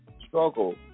struggle